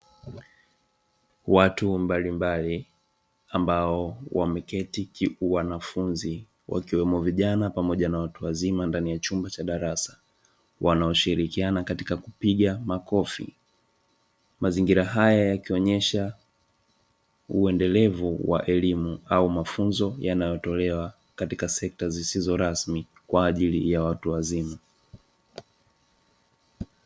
Watu mbalimbali ambao wameketi kiuwanafunzi, wakiwemo vijana pamoja na watu wazima ndani ya chumba cha darasa, wanaoshirikiana katika kupiga makofi; mazingira haya yakionyesha uendelevu wa elimu au mafunzo yanayotolewa katika sekta zisizo rasmi kwa ajili ya watu wazima.